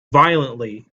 violently